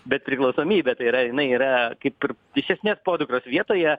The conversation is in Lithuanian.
bet priklausomybę tai yra jinai yra kaip ir iš esmės podukros vietoje